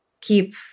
keep